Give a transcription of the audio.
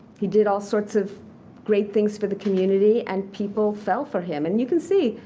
he did all sorts of great things for the community. and people fell for him. and you can see,